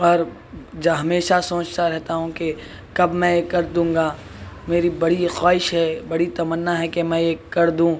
اور جو ہمیشہ سوچتا رہتا ہوں کہ کب میں یہ کردوں گا میری بڑى ایک خواہش ہے بڑى تمنّا ہے كہ ميں يہ كردوں